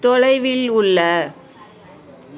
தொலைவில் உள்ள